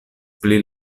pli